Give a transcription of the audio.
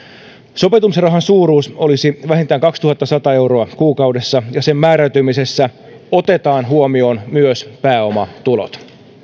sopeutumisrahan suuruus olisi vähintään kaksituhattasata euroa kuukaudessa ja sen määräytymisessä otetaan huomioon myös pääomatulot